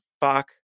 fuck